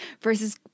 versus